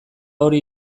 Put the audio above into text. hori